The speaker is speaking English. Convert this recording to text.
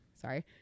Sorry